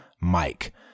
Mike